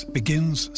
begins